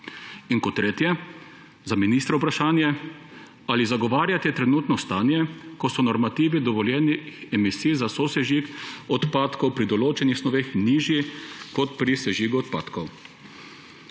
Kot tretje za ministra vprašanje: »Ali zagovarjate trenutno stanje, ko so normativi dovoljenih emisij za sosežig odpadkov pri določenih snoveh nižji kot pri sežigu odpadkov?«